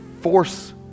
force